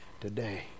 today